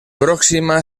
próxima